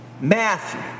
Matthew